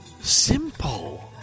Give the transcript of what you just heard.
simple